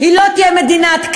יכול להיות,